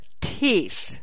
teeth